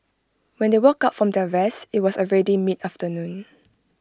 when they woke up from their rest IT was already mid afternoon